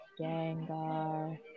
Gengar